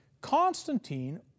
Constantine